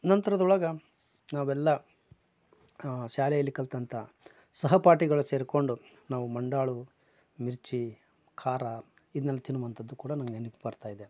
ನಂತರದೊಳಗ ನಾವೆಲ್ಲ ಶಾಲೆಯಲ್ಲಿ ಕಲ್ತಂಥಾ ಸಹಪಾಠಿಗಳು ಸೇರ್ಕೊಂಡು ನಾವು ಮಂಡಾಳು ಮಿರ್ಜಿ ಖಾರ ಇದನ್ನೆಲ್ಲ ತಿನ್ನುವಂಥದ್ದು ಕೂಡ ನನಗೆ ನೆನಪು ಬರ್ತಾಯಿದೆ